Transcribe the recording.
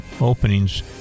openings